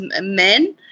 men